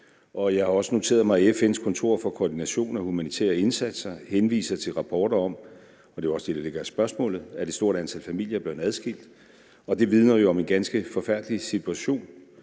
Jeg har også noteret mig, at FN's Kontor for Koordinering af Humanitære Anliggender henviser til rapporter om – og det er også det, der ligger i spørgsmålet – at et stort antal familier er blevet adskilt, og det vidner jo om en ganske forfærdelig situation.